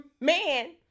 man